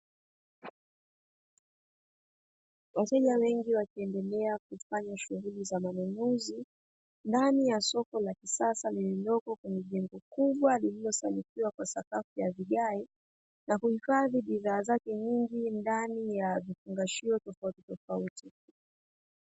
Wateja wengi wakiendelea kufanya shughuli za manunuzi ya soko la kisasa, lililoko kwenye jengo kubwa lililosakafiwa kwa sakafu ya vigae na kuihifadhi bidhaa zake nyingi ndani ya vifungashio tofauti tofauti.